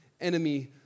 enemy